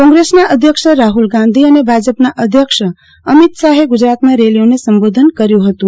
કોંગ્રેસના અધ્યક્ષ રાહલ ગાંધી અને ભાજપના અધ્યક્ષ અમિત શાહે ગુજરાતમાં રેલીઓને સંબોધન કર્યું હતું